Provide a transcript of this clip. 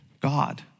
God